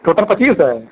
total पच्चीस है